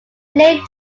blamed